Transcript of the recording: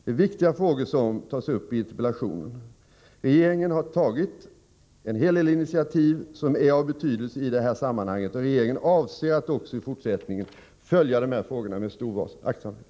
Det är viktiga frågor som tas upp i interpellationen. Regeringen har tagit en hel del initiativ som är av betydelse i sammanhanget, och regeringen avser att också i fortsättningen följa dessa frågor med stor uppmärksamhet.